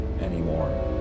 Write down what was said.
anymore